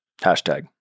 Hashtag